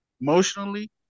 emotionally